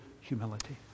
humility